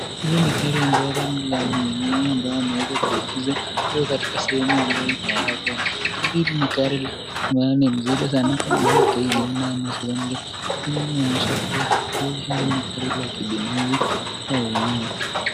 Hilo ni gari ambalo ni la mwenye ambaye ameweza kuegezwa. Iko katika sehemu Ambayo ni ya haraka. Gari hili ni gari mzuri sana. Ni KCM 907K hii inaonyesha kuwa gari hii ni gari la kibinafai la wenyewe.